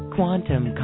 Quantum